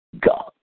God